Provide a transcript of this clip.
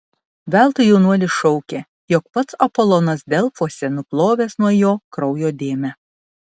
veltui jaunuolis šaukė jog pats apolonas delfuose nuplovęs nuo jo kraujo dėmę